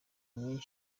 myiza